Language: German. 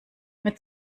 mit